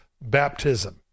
baptism